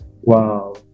Wow